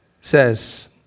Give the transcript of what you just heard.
says